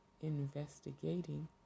investigating